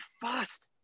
fast